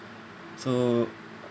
so